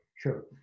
Sure